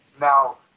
now